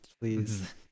please